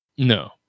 No